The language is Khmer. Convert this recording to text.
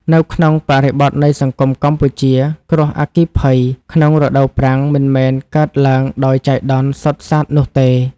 នៅក្នុងបរិបទនៃសង្គមកម្ពុជា គ្រោះអគ្គីភ័យក្នុងរដូវប្រាំងមិនមែនកើតឡើងដោយចៃដន្យសុទ្ធសាធនោះទេ។